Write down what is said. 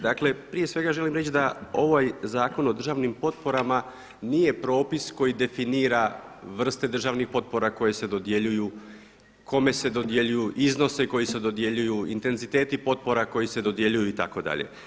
Dakle, prije svega želim reći da ovaj Zakon o državnim potporama nije propis koji definira vrste državnih potpora koje se dodjeljuju, kome se dodjeljuju, iznose koji se dodjeljuju, intenziteti potpora koji se dodjeljuju itd.